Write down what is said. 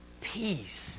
peace